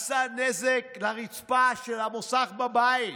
עשה נזק לרצפה של המוסך בבית.